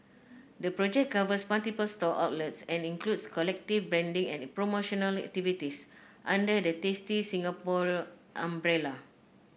the project covers multiple store outlets and includes collective branding and promotional activities under the Tasty Singapore umbrella